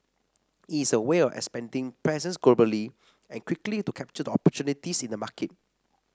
it's a way of expanding presence globally and quickly to capture opportunities in the market